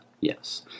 Yes